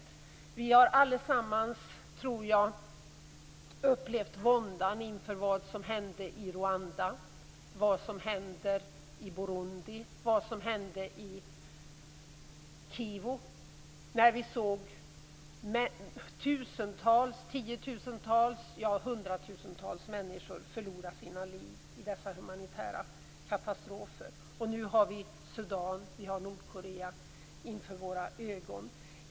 Jag tror att vi allesammans har upplevt våndan inför vad som hände i Rwanda, vad som händer i Burundi och vad som hände i Kivu. Vi såg tusentals, tiotusentals, hundratusentals människor förlora sina liv i dessa humanitära katastrofer. Nu har vi Sudan och Nordkorea inför våra ögon.